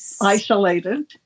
isolated